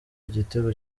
igitego